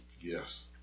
Yes